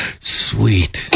sweet